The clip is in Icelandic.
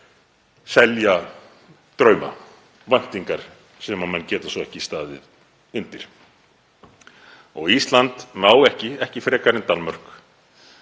selja drauma og væntingar sem menn geta svo ekki staðið undir. Ísland má ekki frekar en Danmörk